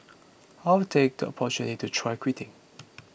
I'll take the opportunity to try quitting